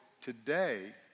today